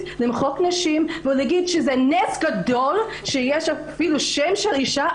למחוק נשים ולומר שזה נס גדול שיש אפילו רחוב עם שם של אישה.